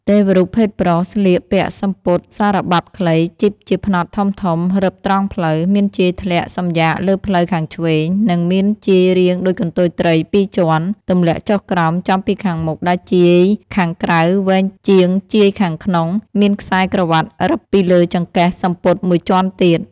ទេវរូបភេទប្រុសស្លៀកពាក់សំពត់សារបាប់ខ្លីជីបជាផ្នត់ធំៗរឹបត្រង់ភ្លៅ មានជាយធ្លាក់សំយាកលើភ្លៅខាងឆ្វេង និង មានជាយរាងដូចកន្ទុយត្រីពីរជាន់ ទម្លាក់ចុះក្រោមចំពីខាងមុខដែលជាយខាងក្រៅវែងជាងជាយខាងក្នុង មានខ្សែក្រវាត់រឹបពីលើចង្កេះសំពត់មួយជាន់ទៀត។